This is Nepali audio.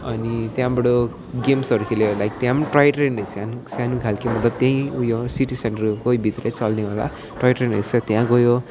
अनि त्यहाँबाट गेम्सहरू खेल्यो लाइक त्यहाँ पनि टोय ट्रेन रहेछ सानो सानो खाले त्यहीँ ऊ यो सिटी सेन्टरकै भित्रै चल्नेवाला टोय ट्रेन रहेछ त्यहाँ गयो